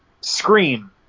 Scream